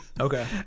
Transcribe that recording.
Okay